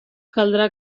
caldrà